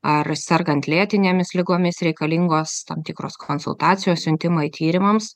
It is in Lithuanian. ar sergant lėtinėmis ligomis reikalingos tam tikros konsultacijos siuntimai tyrimams